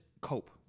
cope